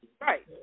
Right